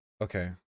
Okay